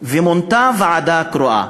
ומונתה ועדה קרואה.